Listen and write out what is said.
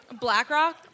BlackRock